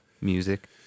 music